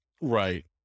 Right